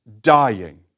dying